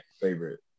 favorite